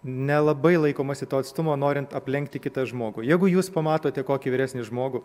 nelabai laikomasi to atstumo norint aplenkti kitą žmogų jeigu jūs pamatote kokį vyresnį žmogų